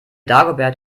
dagobert